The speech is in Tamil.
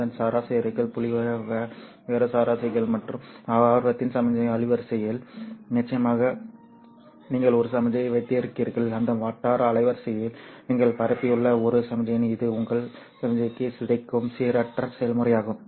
அதன் சராசரிகள் புள்ளிவிவர சராசரிகள் மற்றும் ஆர்வத்தின் சமிக்ஞை அலைவரிசையில் நிச்சயமாக நீங்கள் ஒரு சமிக்ஞையை வைத்திருக்கிறீர்கள் அந்த வட்டார அலைவரிசையில் நீங்கள் பரப்பியுள்ள ஒரு சமிக்ஞை இது உங்கள் சமிக்ஞையை சிதைக்கும் சீரற்ற செயல்முறையாகும்